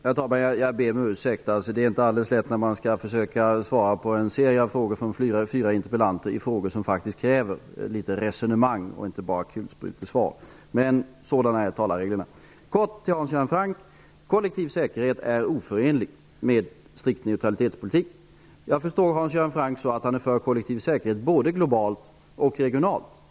Herr talman! Jag ber om ursäkt. Det är inte alldeles lätt att försöka besvara en serie frågor från fyra interpellanter i frågor som faktiskt kräver resonemang och inte enbart kulsprutesvar. Men sådana är talereglerna. Kort till Hans Göran Franck: Kollektiv säkerhet är oförenlig med strikt neutralitetspolitik. Jag förstår Hans Göran Frank så, att han är för kollektiv säkerhet både globalt och regionalt.